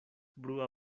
brua